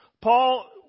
Paul